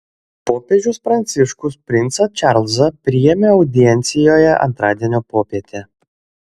popiežius pranciškus princą čarlzą priėmė audiencijoje antradienio popietę